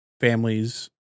families